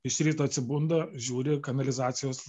iš ryto atsibunda žiūri kanalizacijos